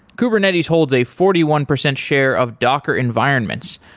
kubernetes holds a forty one percent share of docker environments,